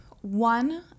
One